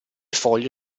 foglie